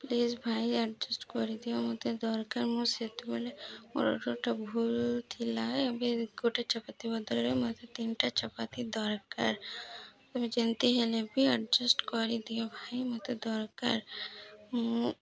please ଭାଇ adjust କରିଦିଅ ମତେ ଦରକାର ମୁଁ ସେତେବେଳେ ମୋର ଅର୍ଡ଼ର୍ଟା ଭୁଲ୍ ଥିଲା ଏବେ ଗୋଟେ ଚପାତି ବଦଳରେ ମତେ ତିନିଟା ଚପାତି ଦରକାରେ ତମେ ଯେମିତି ହେଲେ ବି ଆଡ଼ଜଷ୍ଟ୍ କରିଦିଅ ଭାଇ ମତେ ଦରକାର ମୁଁ